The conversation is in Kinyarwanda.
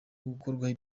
gukorwaho